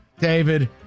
David